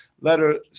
letter